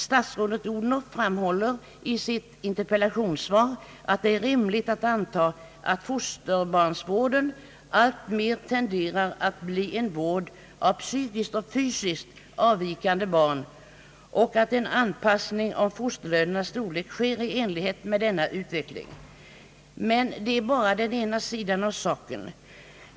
Statsrådet Odhnoff framhåller i sitt interpellationssvar att det är rimligt att anta att fosterbarnsvården alltmer tenderar att bli en vård av psykiskt eller fysiskt avvikande barn och att en anpassning av fosterlönernas storlek sker i enlighet med denna utveckling. Men det är bara den ena sidan av saken.